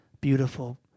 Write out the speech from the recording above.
beautiful